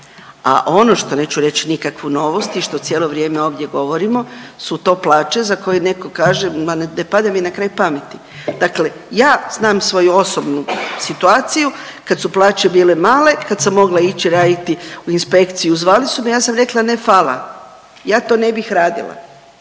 a ono što neću reć nikakvu novost i što cijelo vrijeme ovdje govorimo su to plaće za koje neko kaže ma ne pada mi na kraj pameti. Dakle, ja znam svoju osobnu situaciju kad su plaće bile male i kad sam mogla ići raditi u inspekciju, zvali su me, ja sam rekla ne fala, ja to ne bih radila